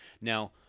Now